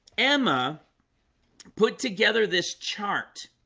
emma put together this chart